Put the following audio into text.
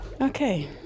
Okay